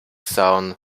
sown